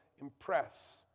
impress